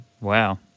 Wow